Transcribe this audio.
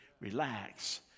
relax